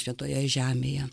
šventoje žemėje